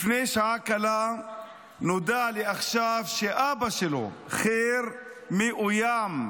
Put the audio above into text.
לפני שעה קלה נודע לי עכשיו שאבא שלו, חיר, מאוים.